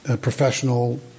professional